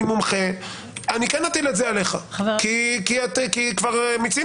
מומחה אני כן אטיל את זה עליך כי כבר מיצינו.